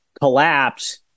collapse